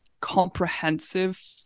comprehensive